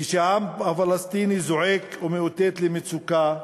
כשהעם הפלסטיני זועק ומאותת על מצוקה,